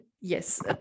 yes